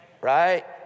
right